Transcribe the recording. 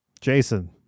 Jason